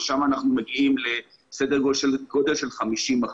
שם אנחנו מגיעים לסדר גודל של 50 אחוזים.